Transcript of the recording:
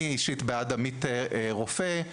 לקרוא למקצוע עמית רופא,